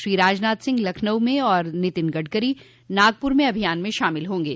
श्री राजनाथ सिंह लखनऊ में और नितिन गडकरी नागपुर में अभियान में शामिल होंगे